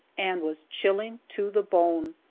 and was chilling to the bone,